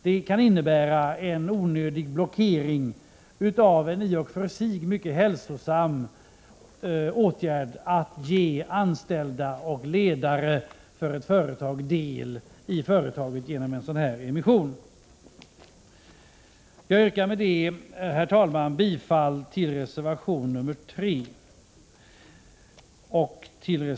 Det kan innebära en onödig blockering av en i och för sig mycket hälsosam åtgärd — att ge anställda och ledare för ett företag del i företaget genom en sådan här emission. Jag yrkar med detta, herr talman, bifall till reservationerna 3 och 5.